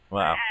Wow